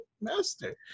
master